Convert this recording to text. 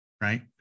right